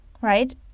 right